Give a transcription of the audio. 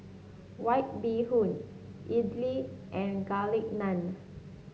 White Bee Hoon idly and Garlic Naan